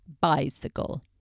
bicycle